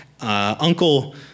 Uncle